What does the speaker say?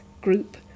group